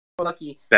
lucky